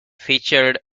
featured